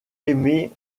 aimé